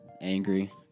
angry